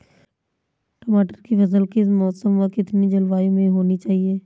टमाटर की फसल किस मौसम व कितनी जलवायु में होनी चाहिए?